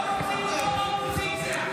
לא רוצים אותו באופוזיציה.